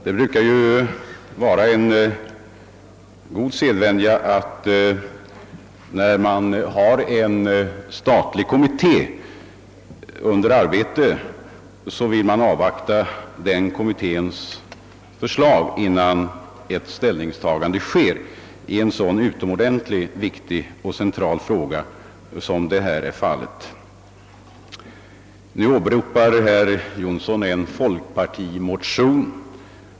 Herr talman! Det är ju god sed att när en statlig kommitté arbetar, så avvaktar vi kommitténs förslag, innan ett ställningstagande görs. Och alldeles särskilt bör detta gälla i en så utomordentligt viktig och central fråga som den vi nu diskuterar. Herr Jonsson åberopar en folkpartimotion.